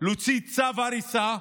להוציא צו הריסה,